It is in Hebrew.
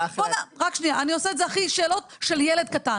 בוא נניח שאני הדיוט,